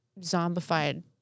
zombified